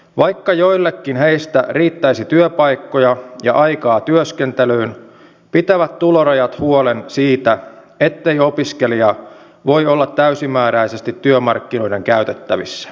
vaikka joillekin heistä riittäisi työpaikkoja ja aikaa työskentelyyn pitävät tulorajat huolen siitä ettei opiskelija voi olla täysimääräisesti työmarkkinoiden käytettävissä